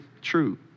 true